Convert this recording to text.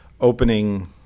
opening